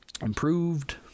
improved